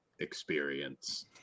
experience